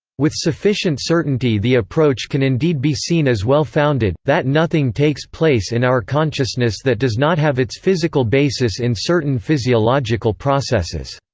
with sufficient certainty the approach can indeed be seen as well-founded that nothing takes place in our consciousness that does not have its physical basis in certain physiological processes.